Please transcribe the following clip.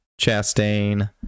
Chastain